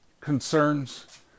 concerns